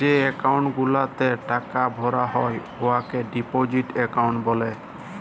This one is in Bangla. যে একাউল্ট গুলাতে টাকা ভরা হ্যয় উয়াকে ডিপজিট একাউল্ট ব্যলে